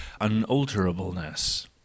unalterableness